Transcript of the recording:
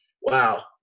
Wow